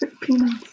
Peanuts